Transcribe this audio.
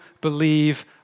believe